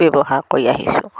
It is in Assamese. ব্যৱহাৰ কৰি আহিছোঁ